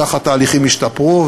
כך התהליכים ישתפרו.